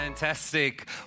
Fantastic